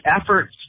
efforts